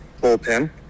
bullpen